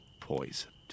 poisoned